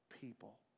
people